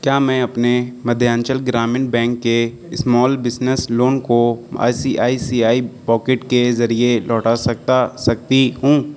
کیا میں اپنے مدھیانچل گرامین بینک کے اسمال بزنس لون کو I C I C I pocket کے ذریعے لوٹا سکتا سکتی ہوں